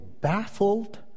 baffled